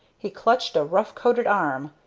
he clutched a rough-coated arm,